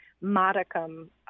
modicum